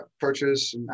purchase